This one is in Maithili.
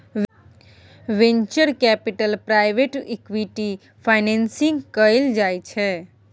venture capital private equity financing कएल जाइ छै